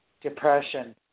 Depression